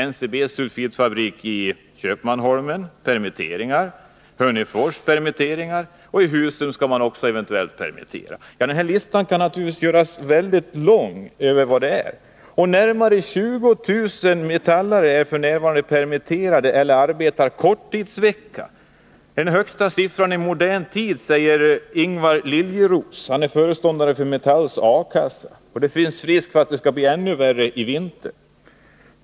NCB:s sulfitfabrik i Köpmanholmen permitterar. Likaså blir det permittering i Hörnefors och eventuellt i Husum. Listan kan naturligtvis göras mycket lång. Nära 20 000 metallarbetare är f. n. permitterade eller arbetar korttidsvecka. Det är den högsta siffran i modern tid, enligt Ingvar Liljeroos, föreståndare för Metalls A-kassa. Det finns risk för att det blir ännu värre i vinter.